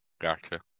Gotcha